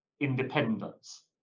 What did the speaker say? independence